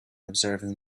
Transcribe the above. observing